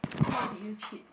how did you cheat